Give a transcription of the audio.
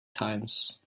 times